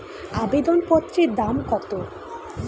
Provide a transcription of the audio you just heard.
আবেদন পত্রের দাম কত?